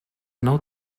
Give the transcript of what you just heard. nou